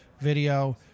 video